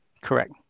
Correct